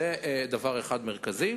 זה דבר אחד מרכזי.